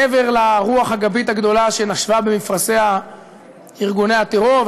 מעבר לרוח הגבית הגדולה שנשבה במפרשי ארגוני הטרור,